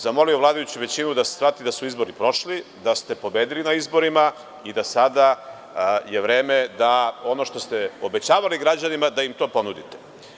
Zamolio bih vladajuću većinu da shvati da su izbori prošli, da ste pobedili na izborima i da je sada vreme da ono što ste obećavali građanima da im to ponudite.